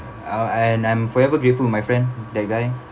ah and I'm forever grateful with my friend that guy